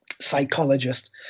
psychologist